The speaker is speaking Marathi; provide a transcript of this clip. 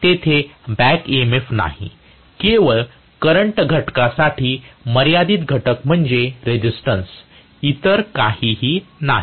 तेथे बॅक EMF नाही केवळ करंट घटकासाठी मर्यादित घटक म्हणजे रेसिस्टन्स इतर काहीही नाही